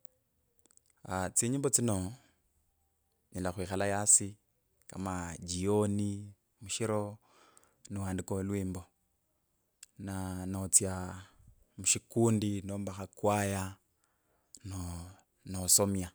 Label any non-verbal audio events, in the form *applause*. *hesitation* tsinyimbo tsino nyela khwikhala gasi, kama jioni mushiro ni wandika olwimbo, na natsya mushikundi ni wandika olwimbo na notsya mushikundi nomba khakwaya noo nasomya.